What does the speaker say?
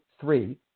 three